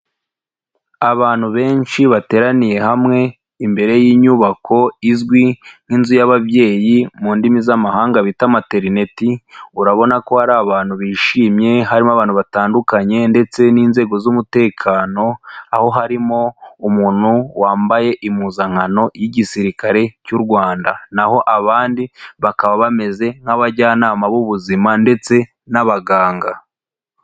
Abantu benshi bateraniye hamwe imbere y'inyubako izwi nk'inzu y’ababyeyi mu ndimi z'amahanga bita materineti urabona ko hari abantu bishimye harimo abantu batandukanye ndetse n'inzego z'umutekano aho harimo umuntu wambaye impuzankano y'igisirikare cy'u Rwanda naho abandi bakaba bameze nk'abajyanama b'ubuzima ndetse n'abaganga.